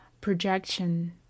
projection